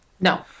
No